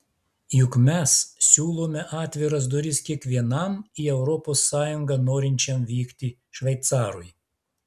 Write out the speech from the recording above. juk mes siūlome atviras duris kiekvienam į europos sąjungą norinčiam vykti šveicarui